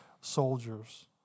soldiers